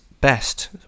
best